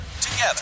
together